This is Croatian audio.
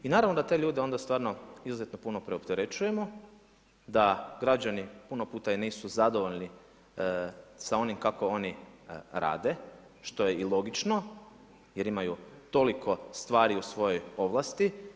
I naravno da te ljude onda stvarno izuzetno puno preopterećujemo, da građani puno puta i nisu zadovoljni sa onim kako oni rade, što je i logično, jer imaju toliko stvari u svojoj ovlasti.